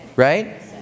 Right